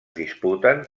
disputen